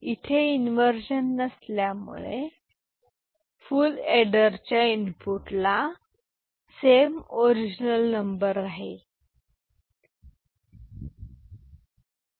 इथे इन्वर्जन नसल्यामुळे फूल एडरच्या इनपुटला सेम ओरिजनल नंबर राहील